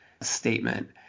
statement